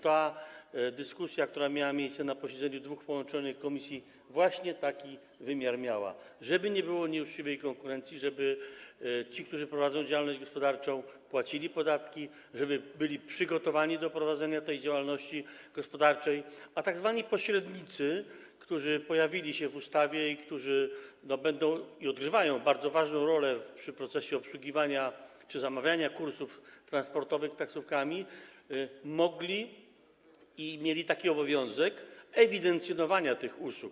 Ta dyskusja, która miała miejsce na posiedzeniu dwóch połączonych komisji, miała właśnie taki wymiar: żeby nie było nieuczciwej konkurencji, żeby ci, którzy prowadzą działalność gospodarczą, płacili podatki, żeby byli przygotowani do prowadzenia tej działalności gospodarczej, a tzw. pośrednicy, którzy pojawili się w ustawie i którzy będą odgrywali i odgrywają bardzo ważną rolę w procesie obsługiwania czy zamawiania kursów transportowych taksówkami, mieli obowiązek ewidencjonowania tych usług.